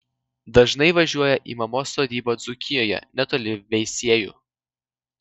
dažnai važiuoja į mamos sodybą dzūkijoje netoli veisiejų